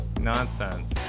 nonsense